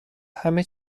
همه